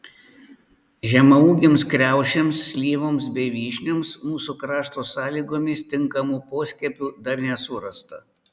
žemaūgėms kriaušėms slyvoms bei vyšnioms mūsų krašto sąlygomis tinkamų poskiepių dar nesurasta